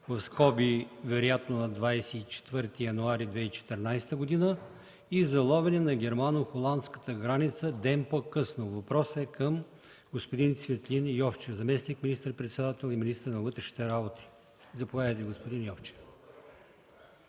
хероин (вероятно на 24 януари 2014 г.) и заловени на германо-холандската граница ден по-късно. Въпросът е към господин Цветлин Йовчев – заместник министър-председател и министър на вътрешните работи. Заповядайте, господин Вучков,